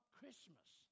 Christmas